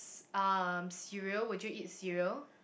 c~ um cereal would you eat cereal